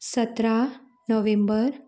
सतरा नोव्हेंबर